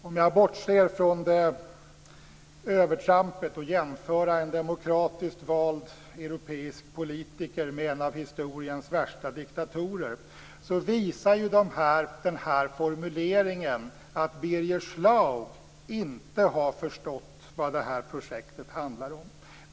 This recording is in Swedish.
Om jag bortser från övertrampet att jämföra en demokratiskt vald europeisk politiker med en av historiens värsta diktatorer visar denna formulering att Birger Schlaug inte har förstått vad detta projekt handlar om.